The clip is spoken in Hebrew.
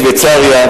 שוויצריה,